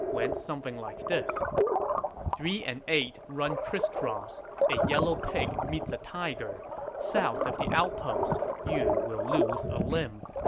went something like this three and eight run crisscross a yellow pig meets a tiger south of the outpost you will lose a limb